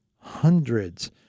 hundreds